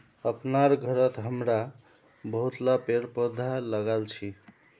अपनार घरत हमरा बहुतला पेड़ पौधा लगाल छि